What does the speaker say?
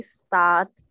start